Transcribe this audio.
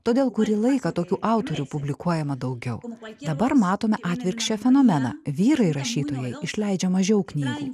todėl kurį laiką tokių autorių publikuojama daugiau dabar matome atvirkščią fenomeną vyrai rašytojai išleidžia mažiau knygų